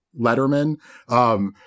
Letterman